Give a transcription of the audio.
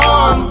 on